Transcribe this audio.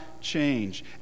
change